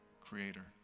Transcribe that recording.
creator